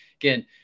again